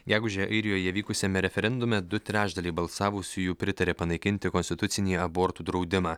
gegužę airijoje vykusiame referendume du trečdaliai balsavusiųjų pritarė panaikinti konstitucinį abortų draudimą